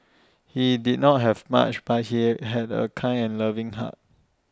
he did not have much but he had A kind and loving heart